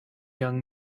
young